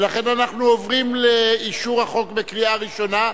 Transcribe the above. ולכן אנחנו עוברים לאישור החוק בקריאה ראשונה,